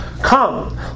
Come